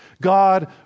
God